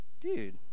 Dude